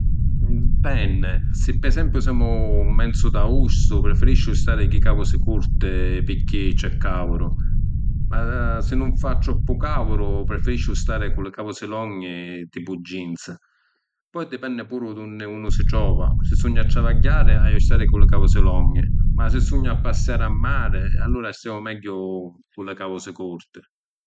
Dipenni, si’ pi esempiu semu ‘n menzu d’aùstu prifirisciu stari chi causi curti pirchì c’è caudu. Ma si nun fa troppu caudu, prifirisciu stari cu li causi longhi tipu jeans. Poi dipenni puru d’unni unu si trova, si sugnu a travagghiari haiu a stari cu li causi longhi, ma si sugnu a passiari a mari e allura staiu megghiu cu li causi curti.